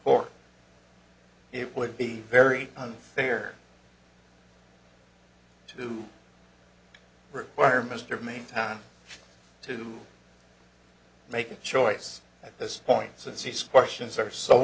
court it would be very unfair to require mr made time to make a choice at this point since he's questions are so